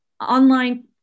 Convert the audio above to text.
online